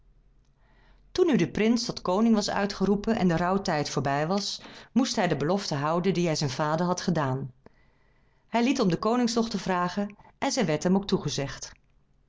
toen nu de prins tot koning was uitgeroepen en de rouwtijd voorbij was moest hij de belofte houden die hij zijn vader had gedaan hij liet om de konings dochter vragen en zij werd hem ook toegezegd